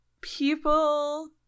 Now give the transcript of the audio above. people